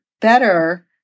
better